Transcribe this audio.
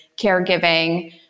caregiving